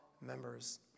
members